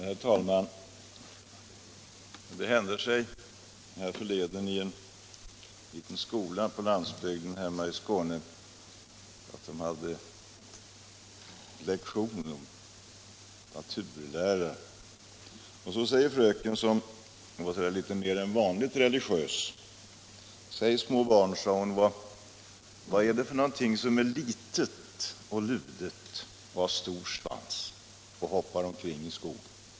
Herr talman! Det hände härförleden i en liten skola på landsbygden hemma i Skåne att man hade lektion i naturlära. Så sade fröken som var litet mer än vanligt religiös: Säg små barn, vad är det för någonting som är litet och ludet och som har stor svans och hoppar omkring i skogen?